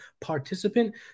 participant